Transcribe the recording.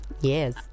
yes